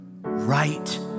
right